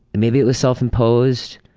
maybe it was self-imposed,